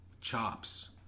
chops